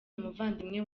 umuvandimwe